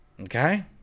okay